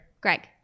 Greg